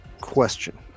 question